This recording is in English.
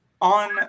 On